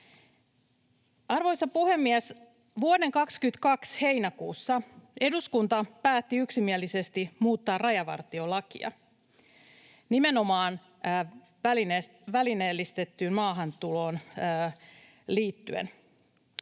Arvoisa puhemies! Vuoden 22 heinäkuussa eduskunta päätti yksimielisesti muuttaa rajavartiolakia nimenomaan välineellistettyyn maahantuloon liittyen.